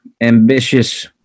ambitious